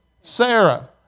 Sarah